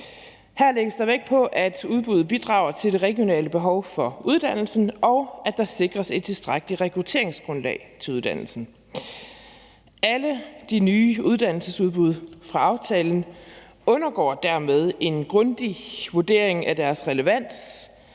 Her lægges der vægt på, at udbuddet bidrager til det regionale behov for uddannelsen, og at der sikres et tilstrækkeligt rekrutteringsgrundlag til uddannelsen. Alle de nye uddannelsesudbud fra aftalen undergår dermed en grundig vurdering af deres relevans,